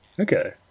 Okay